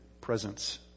presence